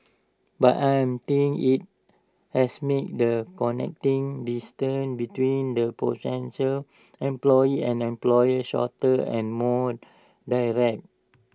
but I think IT has made the connecting distance between the potential employee and employer shorter and more direct